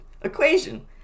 equation